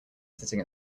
sitting